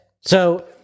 So-